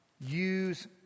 use